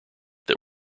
that